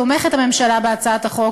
הממשלה תומכת בהצעת החוק,